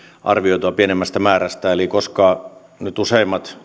arvioitua pienemmästä määrästä eli koska nyt useimmat